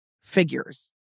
figures